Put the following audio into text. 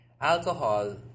alcohol